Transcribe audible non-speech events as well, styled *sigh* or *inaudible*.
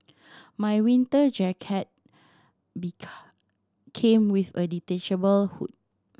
my winter jacket *unintelligible* came with a detachable hood